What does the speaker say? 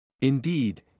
Indeed